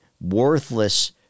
worthless